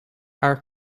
our